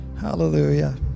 hallelujah